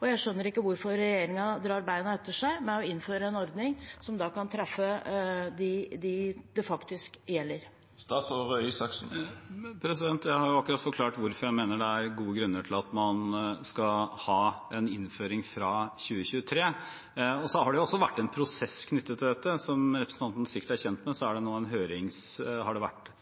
og jeg skjønner ikke hvorfor regjeringen drar beina etter seg med å innføre en ordning som kan treffe dem det faktisk gjelder. Jeg har jo akkurat forklart hvorfor jeg mener det er gode grunner til at man skal ha en innføring fra 2023. Det har også vært en prosess knyttet til dette. Som representanten sikkert er kjent med,